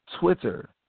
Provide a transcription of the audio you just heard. Twitter